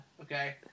okay